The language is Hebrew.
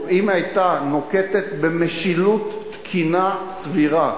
אם היתה נוקטת משילות תקינה, סבירה,